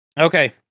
okay